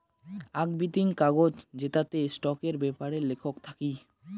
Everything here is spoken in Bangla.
আক বিতিং কাগজ জেতাতে স্টকের বেপারি লেখক থাকি